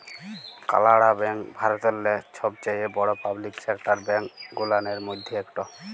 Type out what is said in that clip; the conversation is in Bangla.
কালাড়া ব্যাংক ভারতেল্লে ছবচাঁয়ে বড় পাবলিক সেকটার ব্যাংক গুলানের ম্যধে ইকট